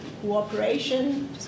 cooperation